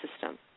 system